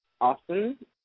awesome